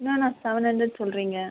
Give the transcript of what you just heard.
என்னண்ணா seven hundred சொல்கிறிங்க